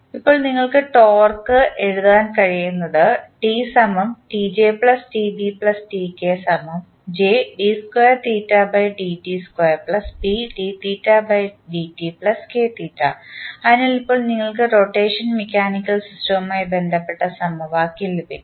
ഇപ്പോൾ നിങ്ങൾക്ക് ടോർക്ക് എഴുതാൻ കഴിയുന്നത് അതിനാൽ ഇപ്പോൾ നിങ്ങൾക്ക് റൊട്ടേഷൻ മെക്കാനിക്കൽ സിസ്റ്റവുമായി ബന്ധപ്പെട്ട സമവാക്യം ലഭിക്കുന്നു